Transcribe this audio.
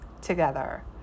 together